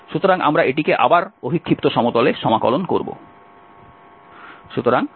সুতরাং আমরা এটিকে আবার অভিক্ষিপ্ত সমতলে সমাকলন করব